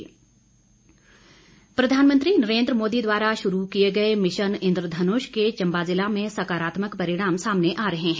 mission Indradhanush प्रधानमंत्री नरेन्द्र मोदी द्वारा शुरू किए गए मिशन इंद्र धनुष के चंबा जिले में सकारात्मक परिणाम सामने आ रहे है